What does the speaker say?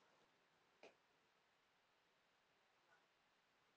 मैं पेपाल विदेश की कंपनीयों से अपना पेमेंट लेने के लिए इस्तेमाल करता हूँ